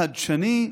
חדשני,